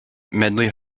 medley